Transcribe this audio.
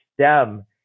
stem